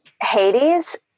Hades